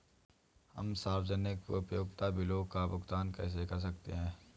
हम सार्वजनिक उपयोगिता बिलों का भुगतान कैसे कर सकते हैं?